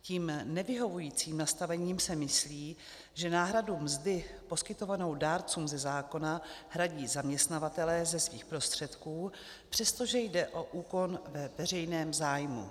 Tím nevyhovujícím nastavením se myslí, že náhradu mzdy poskytovanou dárcům ze zákona hradí zaměstnavatelé ze svých prostředků, přestože jde o úkon ve veřejném zájmu.